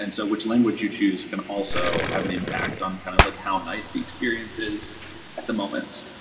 and so which language you choose can also have an impact on kind of like how nice the experience is at the moment.